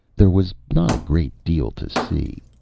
there was not a great deal to see.